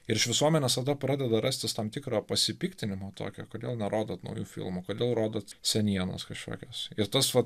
ir iš visuomenės tada pradeda rastis tam tikra pasipiktinimo tokio kodėl nerodot naujų filmų kodėl rodot senienas kažkokias ir tas vat